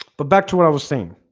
but back to ah ah same